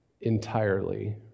entirely